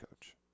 coach